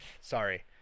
sorry